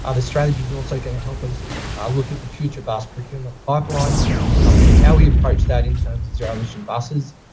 ah the strategy is also going to help us look at the future bus procurement pipeline um and how we approach that in terms of zero emission buses.